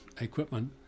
equipment